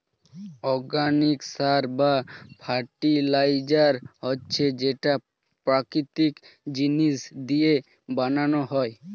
organic সার বা fertilizer হচ্ছে যেটা প্রাকৃতিক জিনিস দিয়ে বানানো হয়